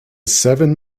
seven